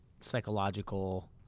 psychological